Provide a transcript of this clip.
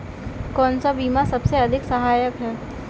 कौन सा बीमा सबसे अधिक सहायक है?